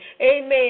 amen